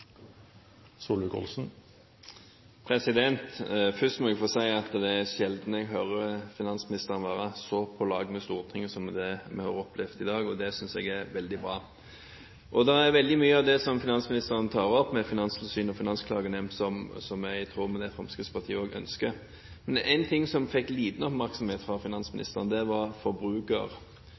sjelden jeg hører finansministeren være så på lag med Stortinget som det vi har opplevd i dag, og det synes jeg er veldig bra. Det er veldig mye av det finansministeren tar opp om Finanstilsynet og Finansklagenemnda, som er i tråd med det Fremskrittspartiet også ønsker. Men det er én ting som fikk liten oppmerksomhet fra finansministeren, og det var